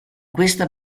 questa